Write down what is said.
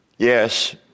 Yes